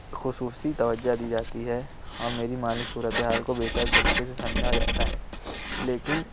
خصوصی توجہ دی جاتی ہے اور میری مالی صورتحال کو بہتر طریقے سے سمجھا جاتا ہے لیکن